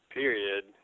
period